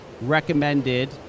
recommended